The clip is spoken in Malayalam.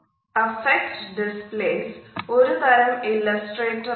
അഫക്ട് ഡിസ്പ്ലെയ്സ് ഒരു തരം ഇലസ്ട്രേറ്റർ ആണ്